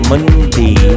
Monday